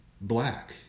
black